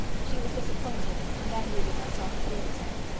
she was disappointed, and angry with herself for being so.